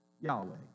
Yahweh